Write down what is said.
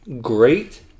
great